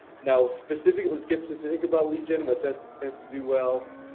now specific, let's get specific about legion what tends tends to do well,